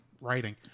writing